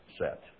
set